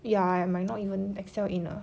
ya I might not even excel in a